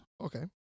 Okay